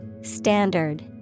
Standard